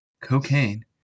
cocaine